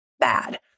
bad